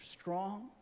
strong